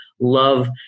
love